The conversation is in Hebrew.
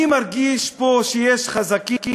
אני מרגיש שיש פה חזקים,